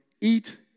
eat